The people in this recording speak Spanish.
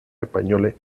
españoles